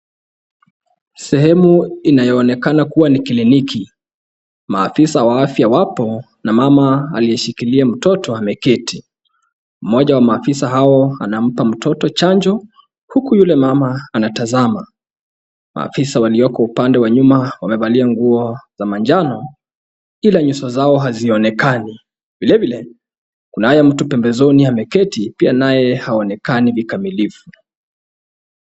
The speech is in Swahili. Sehemu inayoonekana kuwa ni kliniki maafisa wa afya wapo na mama aliyeshikilia mtoto ameketi. Mmoja wa maafisa hao anampa mtoto chanjo huku yule mama anatazama. Maafisa walioko upande wa nyuma wamevalia nguo za manjano ila nyuso zao hazionekani. Vilevile, kunaye mtu pembezoni ameketi pia naye haonekani vikamilifu.